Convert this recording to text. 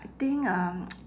I think um